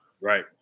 Right